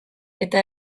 eta